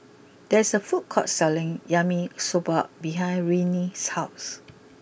there is a food court selling Yaki Soba behind Riley's house